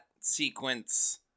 sequence